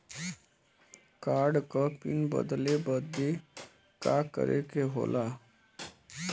Card क PIN बदले बदी का करे के होला?